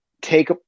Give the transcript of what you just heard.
take